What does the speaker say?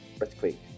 earthquake